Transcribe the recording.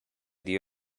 the